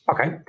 Okay